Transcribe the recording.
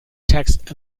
text